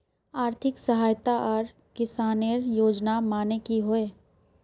आर्थिक सहायता आर किसानेर योजना माने की होय?